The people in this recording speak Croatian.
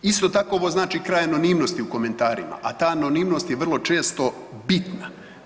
Isto tako ovo znači kraj anonimnosti u komentarima, a ta anonimnost je vrlo često bitna.